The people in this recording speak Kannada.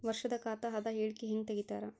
ವರ್ಷದ ಖಾತ ಅದ ಹೇಳಿಕಿ ಹೆಂಗ ತೆಗಿತಾರ?